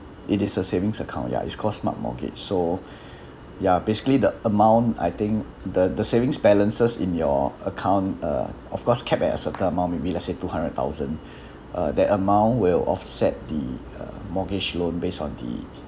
it is a savings account ya it's call smart mortgage so ya basically the amount I think the the savings balances in your account uh of course kept at a certain amount maybe let's say two hundred thousand uh that amount will offset the uh mortgage loan based on the